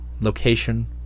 location